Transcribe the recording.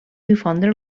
difondre